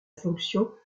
fonction